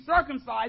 circumcised